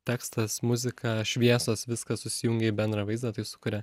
tekstas muzika šviesos viskas susijungia į bendrą vaizdą tai sukuria